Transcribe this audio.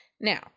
Now